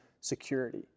security